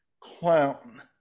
clown